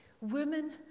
Women